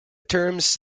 terms